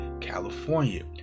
California